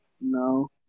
No